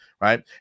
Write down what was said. right